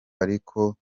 ariko